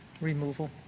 removal